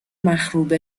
مخروبه